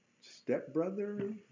stepbrother